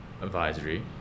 advisory